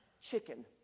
chicken